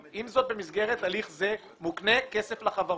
עם זאת במסגרת הליך זה מוקנה כסף לחברות.